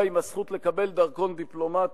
2. הזכות לקבל דרכון דיפלומטי,